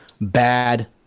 bad